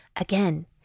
Again